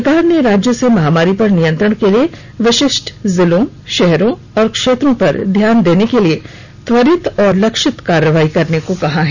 सरकार ने राज्यों से महामारी पर नियंत्रण के लिए विशिष्ट जिलों शहरों और क्षेत्रों पर ध्यान देने के लिए त्वरित और लक्षित कार्रवाई करने को कहा है